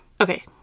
Okay